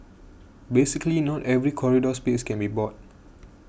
basically not every corridor space can be bought